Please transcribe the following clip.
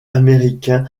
américain